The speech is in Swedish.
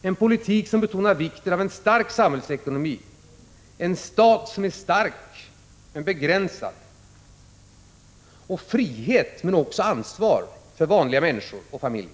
Det är en politik som betonar vikten av en stark samhällsekonomi, en stat som är stark men begränsad och frihet men också ansvar för vanliga människor och familjer.